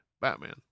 Batman